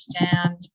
understand